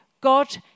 God